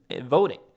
voting